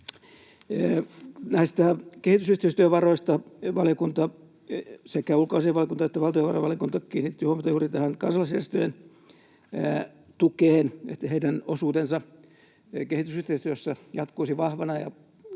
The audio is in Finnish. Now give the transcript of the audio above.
Kehitysyhteistyövaroista sekä ulkoasiainvaliokunta että valtiovarainvaliokunta kiinnitti huomiota juuri kansalaisjärjestöjen tukeen, niin että niiden osuus kehitysyhteistyössä jatkuisi vahvana